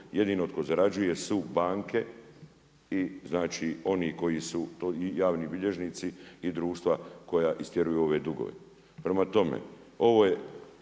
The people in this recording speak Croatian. jedino tko zarađuje su banke i znači javni bilježnici i društva koja istjeruju ove dugove. Prema tome ovo je